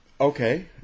Okay